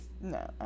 No